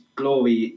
glory